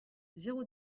zéro